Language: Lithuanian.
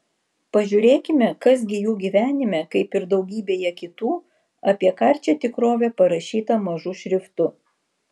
pažiūrėkime kas gi jų gyvenime kaip ir daugybėje kitų apie karčią tikrovę parašyta mažu šriftu